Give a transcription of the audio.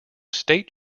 state